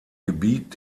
gebiet